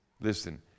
Listen